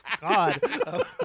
God